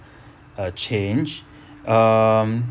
a change um